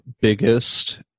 biggest